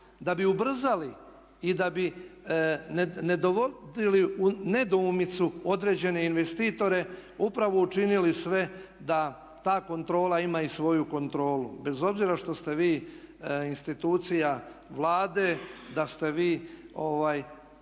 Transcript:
da bi ubrzali i da bi ne dovodili u nedoumicu određene investitore upravo učinili sve da ta kontrola ima i svoju kontrolu bez obzira što ste vi institucija Vlade da ste vi